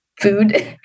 food